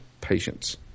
patients